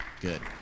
good